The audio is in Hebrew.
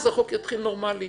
אז החוק יתחיל נורמאלי.